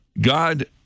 God